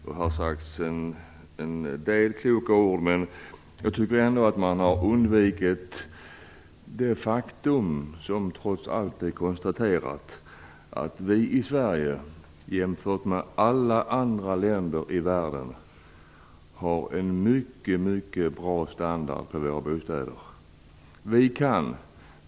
Här har sagts en del kloka ord, men jag tycker ändå att man har undvikit det faktum, som trots allt är konstaterat, att vi i Sverige jämfört med alla andra länder i världen har en mycket bra standard på våra bostäder.